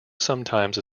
sometimes